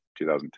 2010